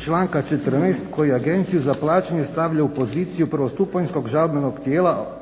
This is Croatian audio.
članka 14.koji agenciju za plaćanje stavlja u poziciju prvostupanjskog žalbenog tijela